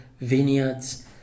vineyards